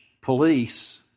police